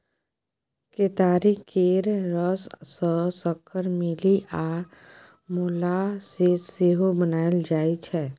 केतारी केर रस सँ सक्कर, मेली आ मोलासेस सेहो बनाएल जाइ छै